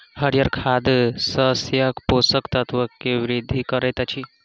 हरीयर खाद शस्यक पोषक तत्व मे वृद्धि करैत अछि